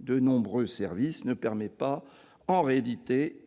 de nombreux services ne permet pas